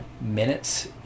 minutes